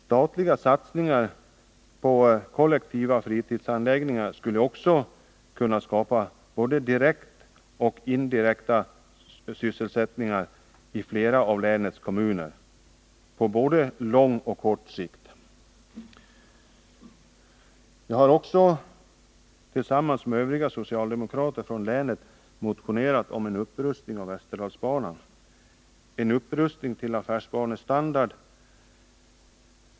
Statliga satsningar på kollektiva fritidsanläggningar skulle också både direkt och indirekt kunna skapa sysselsättning i flera av länets kommuner på såväl korta e som längre sikt. Jag har också tillsammans med övriga socialdemokrater från länet motionerat om en upprustning av Västerdalsbanan till affärsbanestandard.